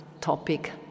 topic